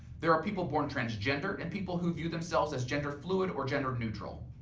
there are people born transgender and people who view themselves as gender fluid or gender neutral.